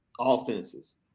offenses